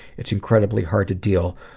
it's incredibly hard to deal,